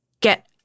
get